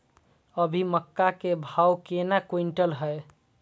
अभी मक्का के भाव केना क्विंटल हय?